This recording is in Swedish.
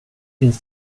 finns